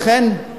העדפה, זה לא,